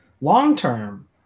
long-term